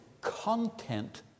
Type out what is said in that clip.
content